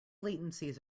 latencies